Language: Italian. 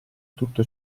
tutto